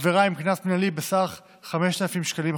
עבירה עם קנס מינהלי בסך 500 שקלים.